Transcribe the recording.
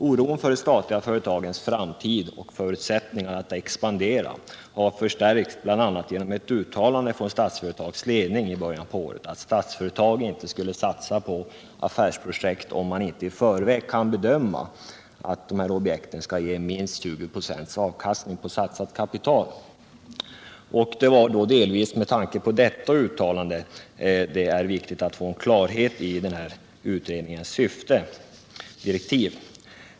Oron för de statliga företagens framtid och förutsättningar att expandera har förstärkts bl.a. genom uttalande från Statsföretags ledning i början av året att Statsföretag inte skulle satsa på affärsprojekt om man inte i förväg kan bedöma att de ger minst 20 ?6 avkastning på satsat kapital. Det är delvis med tanke på detta uttalande som det är viktigt att få klarhet i utredningens syfte och innebörden i dess direktiv.